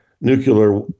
nuclear